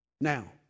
Now